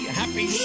happy